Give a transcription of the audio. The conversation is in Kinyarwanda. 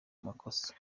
makosa